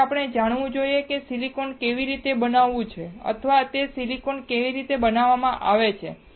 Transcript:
તેથી આપણે જાણવું જોઈએ કે સિલિકોન કેવી રીતે બનાવ્યું છે બરાબર અથવા સિલિકોન કેવી રીતે બનાવવામાં આવે છે